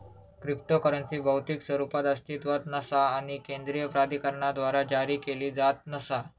cryptocurrency भौतिक स्वरूपात अस्तित्वात नसा आणि केंद्रीय प्राधिकरणाद्वारा जारी केला जात नसा